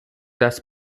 dass